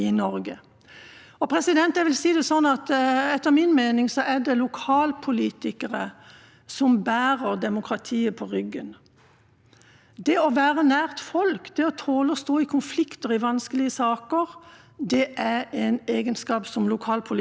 Det å være nær folk og tåle å stå i konflikter i vanskelige saker er en egenskap som lokalpolitikerne i Norge utfører med veldig stor grad av tillit og stor grad av redelighet. De